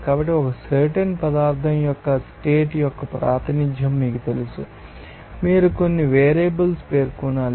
కాబట్టి ఒక సర్టెన్ పదార్థం యొక్క స్టేట్ యొక్క ప్రాతినిధ్యం మీకు తెలుసు మీరు కొన్ని వేరియబుల్స్ పేర్కొనాలి